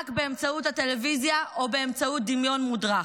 באמצעות הטלוויזיה או באמצעות דמיון מודרך.